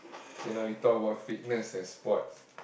can lah we talk about fitness and sports